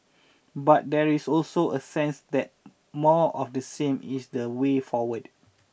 but there is also a sense that more of the same is the way forward